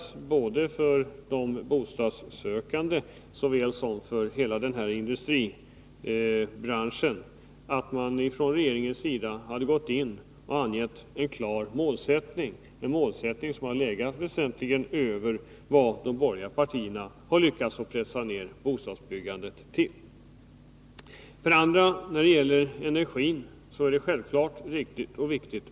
Såväl för de bostadssökande som för hela denna industribransch hade det fordrats att man från regeringens sida hade angett en klar målsättning, en målsättning som ligger väsentligt över vad de borgerliga partierna har lyckats pressa ner bostadsbyggandet till. Satsningar när det gäller energi är självfallet riktigt och viktigt.